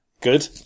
Good